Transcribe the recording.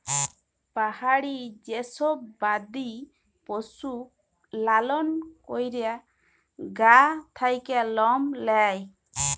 পাহাড়ি যে সব বাদি পশু লালল ক্যরে গা থাক্যে লম লেয়